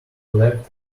left